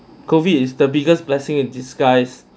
COVID is the biggest blessing in disguise